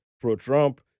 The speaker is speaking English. pro-Trump